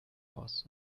aus